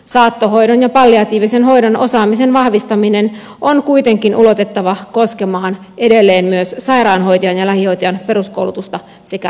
saattohoidon ja palliatiivisen hoidon osaamisen vahvistaminen on kuitenkin ulotettava koskemaan edelleen myös sairaanhoitajan ja lähihoitajan peruskoulutusta sekä lisäkoulutusta